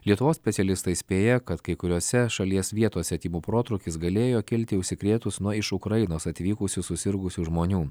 lietuvos specialistai spėja kad kai kuriose šalies vietose tymų protrūkis galėjo kilti užsikrėtus nuo iš ukrainos atvykusių susirgusių žmonių